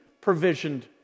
provisioned